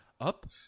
up